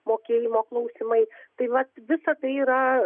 mokėjimo klausimai tai vat visa tai yra